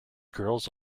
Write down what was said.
girls